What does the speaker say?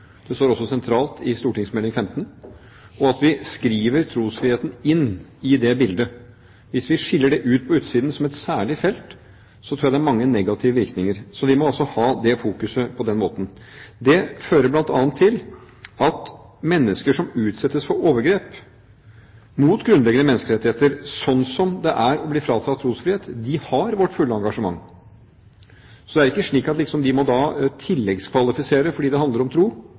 Det står også sentralt i St.meld. nr. 15 for 2008–2009. Vi må skrive trosfriheten inn i det bildet. Hvis vi skiller det ut på utsiden som et særlig felt, tror jeg det har mange negative virkninger. Vi må altså ha det fokuset på den måten. Det fører bl.a. til at mennesker som utsettes for overgrep mot grunnleggende menneskerettigheter, som det er å bli fratatt trosfrihet, har vårt fulle engasjement. Det er ikke slik at de liksom må tilleggskvalifisere fordi det handler om tro.